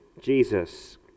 Jesus